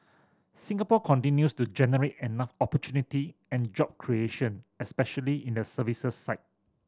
Singapore continues to generate enough opportunity and job creation especially in the services side